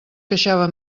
queixava